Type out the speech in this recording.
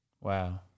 Wow